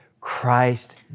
Christ